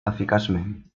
eficaçment